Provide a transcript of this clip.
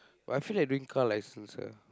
what I feel like doing car license sia